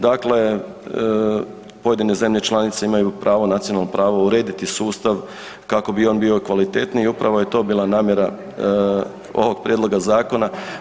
Dakle, pojedine zemlje članice imaju pravo, nacionalno pravo urediti sustav kako bi on bio kvalitetniji i upravo je to bila namjera ovog prijedloga zakona.